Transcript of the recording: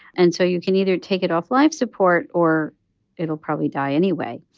and so you can either take it off life support or it'll probably die anyway.